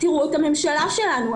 תראו את הממשלה שלנו,